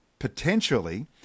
potentially